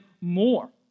more